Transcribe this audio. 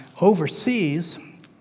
overseas